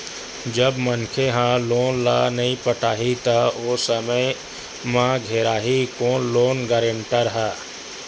जब मनखे ह लोन ल नइ पटाही त ओ समे म घेराही कोन लोन गारेंटर ह